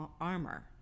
armor